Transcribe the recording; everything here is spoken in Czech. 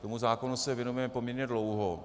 Tomu zákonu se věnujeme poměrně dlouho.